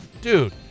Dude